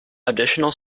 additional